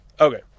Okay